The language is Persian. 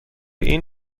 این